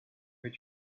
her